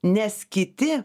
nes kiti